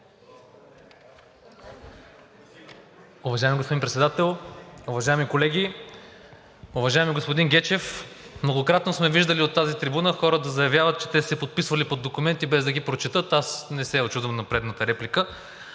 Уважаеми господин Председател, уважаеми колеги! Уважаеми господин Гечев, многократно сме виждали от тази трибуна хора да заявяват, че те са се подписвали под документи, без да ги прочетат. Аз не се учудвам на предната реплика.